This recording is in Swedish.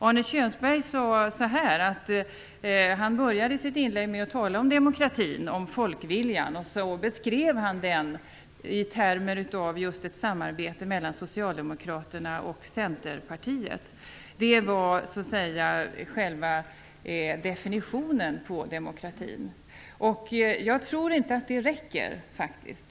Arne Kjörnsberg började sitt inlägg med att tala om demokratin och folkviljan och så beskrev han den i termer av ett samarbete mellan Socialdemokraterna och Centerpartiet; det var själva definitionen på demokrati. Jag tror faktiskt inte att det räcker.